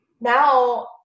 now